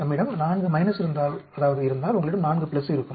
நம்மிடம் 4 - இருந்தால் அதாவது இருந்தால் உங்களிடம் 4 இருக்கும்